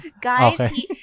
guys